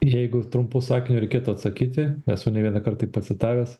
jeigu trumpu sakiniu reikėtų atsakyti esu ne vieną kart tai pacitavęs